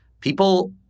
People